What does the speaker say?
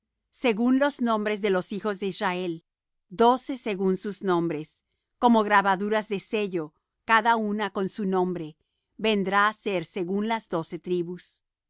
según los nombres de los hijos de israel doce según sus nombres como grabaduras de sello cada una con su nombre vendrán á ser según las doce tribus